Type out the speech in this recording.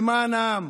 למען העם.